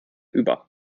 über